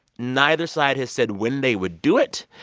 neither side has said when they would do it.